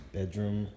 bedroom